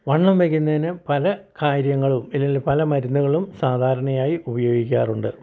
വണ്ണം വെക്കുന്നതിന് പല കാര്യങ്ങളും ഇതിൽ പല മരുന്നുകളും സാധാരണയായി ഉപയോഗിക്കാറുണ്ട്